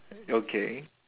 okay